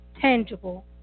tangible